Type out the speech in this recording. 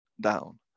down